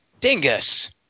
Dingus